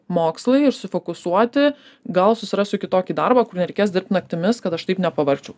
mokslai ir sufokusuoti gal susirasiu kitokį darbą kur nereikės dirbt naktimis kad aš taip nepavargčiau